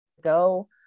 go